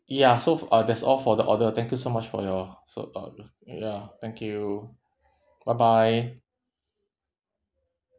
ya so f~ uh that's all for the order thank you so much for your so uh ya thank you bye bye